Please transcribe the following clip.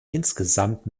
insgesamt